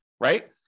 right